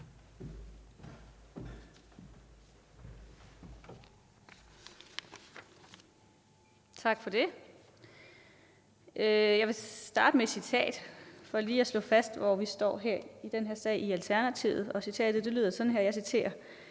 Tak for det. Jeg vil starte med et citat for lige at slå fast, hvor vi står i den her sag i Alternativet: »Vi vil gerne slå ned på det,